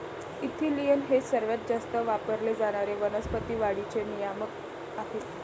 ethylene हे सर्वात जास्त वापरले जाणारे वनस्पती वाढीचे नियामक आहे